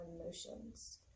emotions